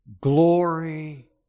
glory